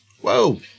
Whoa